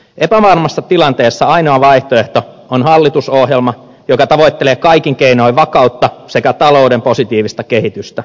epävarmassa tilanteessa ainoa vaihtoehto on hallitusohjelma joka tavoittelee kaikin keinoin vakautta sekä talouden positiivista kehitystä